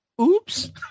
Oops